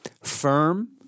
firm